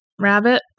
rabbit